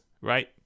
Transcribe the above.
right